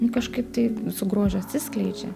nu kažkaip tai visu grožiu atsiskleidžia